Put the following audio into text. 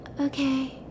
okay